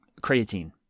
Creatine